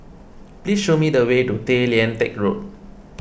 please show me the way to Tay Lian Teck Road